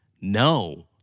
No